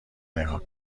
نگاه